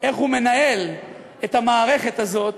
איך הוא מנהל את המערכת הזאת,